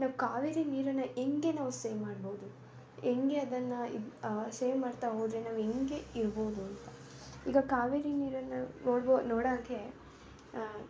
ನಾವು ಕಾವೇರಿ ನೀರನ್ನು ಹೇಗೆ ನಾವು ಸೇವ್ ಮಾಡ್ಬೋದು ಹೇಗೆ ಅದನ್ನು ಇದು ಸೇವ್ ಮಾಡ್ತಾ ಹೋದ್ರೆ ನಾವು ಹೇಗೆ ಇರ್ಬೋದು ಈಗ ಕಾವೇರಿ ನೀರನ್ನು ನೋಡ್ಬೋ ನೋಡೋಕ್ಕೆ